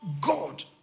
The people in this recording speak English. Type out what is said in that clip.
God